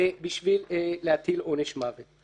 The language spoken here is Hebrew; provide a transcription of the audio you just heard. בשביל להטיל עונש מוות.